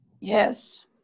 Yes